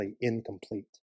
incomplete